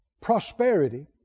prosperity